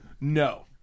No